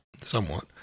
somewhat